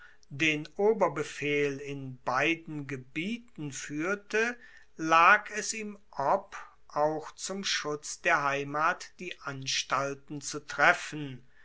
den oberbefehl in beiden gebieten fuehrte lag es ihm ob auch zum schutz der heimat die anstalten zu treffen